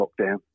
lockdown